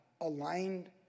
aligned